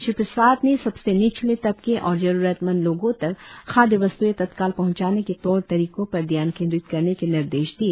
श्री प्रसाद ने सबसे निचले तबके और जरूरतमंद लोगों तक खादय वस्तुएं तत्काल पहुंचाने के तौर तरीकों पर ध्यान केंद्रित करने के निर्देश दिए